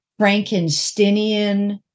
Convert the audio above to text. Frankensteinian